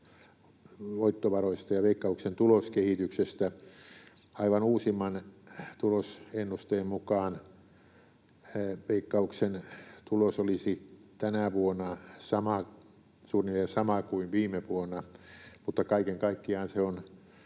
voittovaroista ja Veikkauksen tuloskehityksestä. Aivan uusimman tulosennusteen mukaan Veikkauksen tulos olisi tänä vuonna suunnilleen sama kuin viime vuonna, mutta kaiken kaikkiaan se on